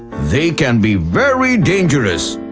they can be very dangerous.